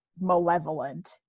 malevolent